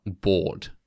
bored